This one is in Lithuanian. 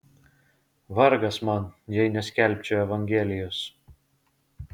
vargas man jei neskelbčiau evangelijos